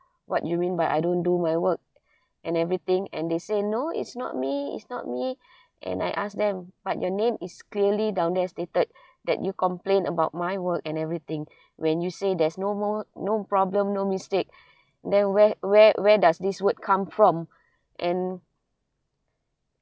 what you mean by I don't do my work and everything and they say no it's not me it's not me and I ask them but your name is clearly down there stated that you complain about my work and everything when you say there's no more no problem no mistake then where where where does this word come from and